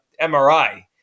MRI